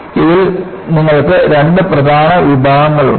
അതിനാൽ ഇതിൽ നിങ്ങൾക്ക് രണ്ട് പ്രധാന വിഭാഗങ്ങളുണ്ട്